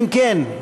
אם כן,